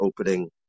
opening